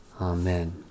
Amen